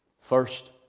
first